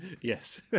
yes